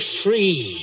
free